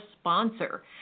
sponsor